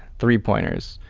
three-pointers.